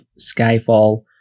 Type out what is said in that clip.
Skyfall